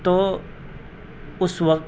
تو اس وقت